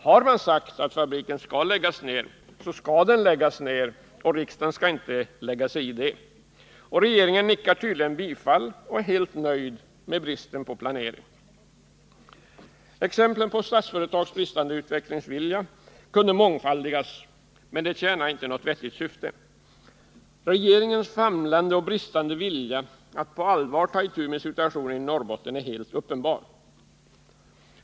Har man sagt att fabriken skall läggas ned, så skall den läggas ned, och riksdagen skall inte lägga sig i det. Och regeringen nickar tydligen bifall och är helt nöjd med bristen på planering. Exemplen på Statsföretags bristande utvecklingsvilja kunde mångfaldigas, men det tjänar inte något vettigt syfte. Att regeringen famlar och har bristande vilja att på allvar ta itu med situationen i Norrbotten är helt uppenbart.